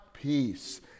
peace